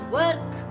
work